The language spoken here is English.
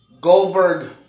Goldberg